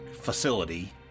facility